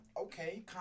okay